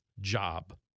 job